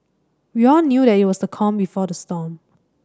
we all knew that it was the calm before the storm